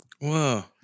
Wow